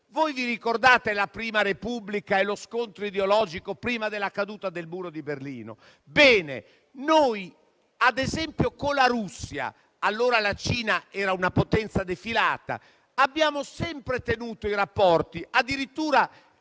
Vi ricordate la Prima Repubblica e lo scontro ideologico prima della caduta del muro di Berlino? Noi con la Russia (allora la Cina era una potenza defilata) abbiamo sempre tenuto rapporti. Addirittura